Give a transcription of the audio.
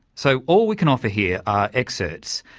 so all we can offer here are excerpts.